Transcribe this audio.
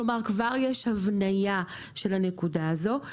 כלומר, כבר יש הבניה של הנקודה הזאת.